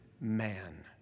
man